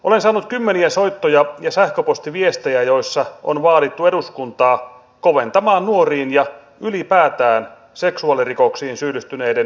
olen saanut kymmeniä soittoja ja sähköpostiviestejä joissa on vaadittu eduskuntaa koventamaan nuoriin kohdistuneisiin seksuaalirikoksiin ja ylipäätään seksuaalirikoksiin syyllistyneiden tuomioita